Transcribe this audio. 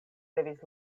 devis